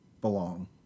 belong